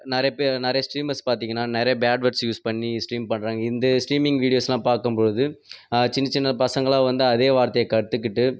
நிறைய பேர் நிறைய ஸ்ட்ரீமர்ஸ் பார்த்தீங்கனா நிறைய பேட் வேர்ட்ஸ் யூஸ் பண்ணி ஸ்ட்ரீம் பண்ணுறாங்க இந்த ஸ்ட்ரீமிங் விடீயோஸ்லாம் பார்க்கும்போது சின்ன சின்ன பசங்கள்லாம் வந்து அதே வார்த்தையை கற்றுக்கிட்டு